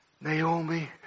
Naomi